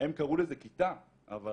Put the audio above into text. שהם קראו לזה כיתה אבל